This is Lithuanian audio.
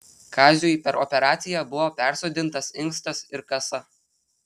kaziui per operaciją buvo persodintas inkstas ir kasa